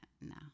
no